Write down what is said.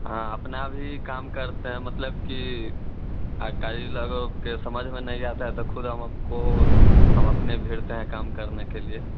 हाँ अपना भी काम करते हैं मतलब कि कारीगर लोग के समझ में नहीं आता है तो खुद हम आपको हम अपने भिड़ते हैं काम करने के लिए